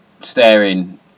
staring